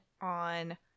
on